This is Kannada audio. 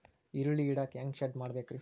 ಈರುಳ್ಳಿ ಇಡಾಕ ಹ್ಯಾಂಗ ಶೆಡ್ ಮಾಡಬೇಕ್ರೇ?